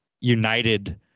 united